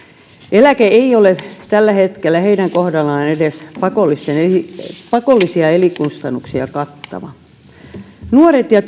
eläke ei ole tällä hetkellä heidän kohdallaan edes pakolliset elinkustannukset kattava nuoret ja